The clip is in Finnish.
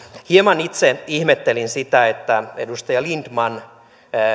hieman itse ihmettelin sitä että edustaja lindtman